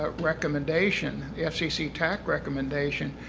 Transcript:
ah recommendation, the fcc tac recommendation.